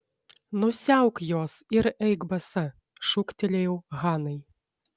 nusiauk juos ir eik basa šūktelėjau hanai